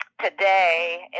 Today